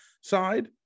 side